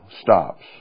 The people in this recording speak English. stops